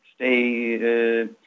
Stay